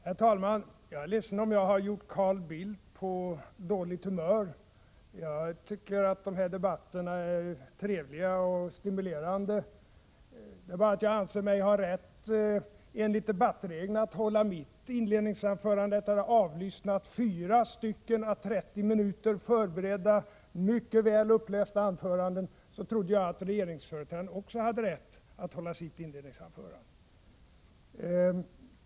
Herr talman! Jag är ledsen om jag har gjort Carl Bildt på dåligt humör. Jag tycker att de här debatterna är trevliga och stimulerande. Det är bara det att jag anser mig ha rätt att hålla mitt inledningsanförande enligt debattreglerna, efter att ha avlyssnat fyra stycken förberedda, mycket väl upplästa anföran den å 30 minuter. Så trodde jag att också regeringsföreträdaren hade rätt att hålla sitt inledningsanförande.